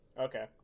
Okay